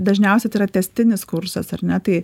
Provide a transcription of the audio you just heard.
dažniausiai tai yra tęstinis kursas ar ne tai